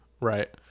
right